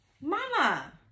mama